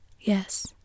Yes